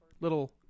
little